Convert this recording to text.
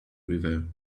river